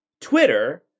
twitter